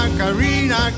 carina